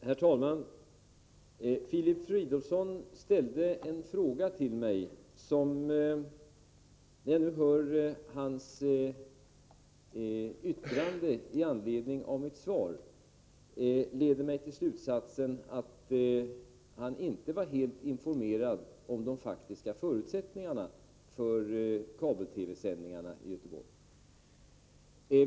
Herr talman! Filip Fridolfsson ställde en fråga till mig. Hans yttrande med anledning av mitt svar leder mig till slutsatsen att han inte är helt informerad om de faktiska förutsättningarna för kabel-TV-sändningarna i Göteborg.